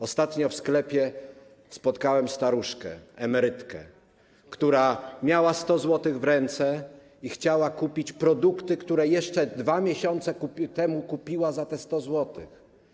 Ostatnio w sklepie spotkałem staruszkę, emerytkę, która miała 100 zł w ręce i chciała kupić produkty, które jeszcze 2 miesiące temu kupiła za te 100 zł.